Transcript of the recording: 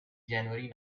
january